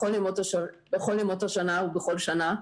בכל ימות השנה ובכל שנה.